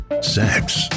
sex